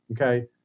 okay